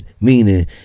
Meaning